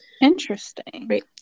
Interesting